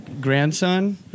grandson